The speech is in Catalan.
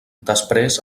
després